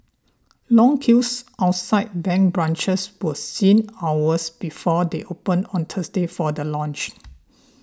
long queues outside bank branches were seen hours before they opened on Thursday for the launch